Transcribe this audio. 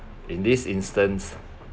in this instance